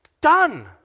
done